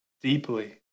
deeply